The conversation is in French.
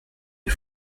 les